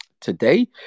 today